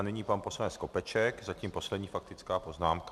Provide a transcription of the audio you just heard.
Nyní pan poslanec Skopeček, zatím poslední faktická poznámka.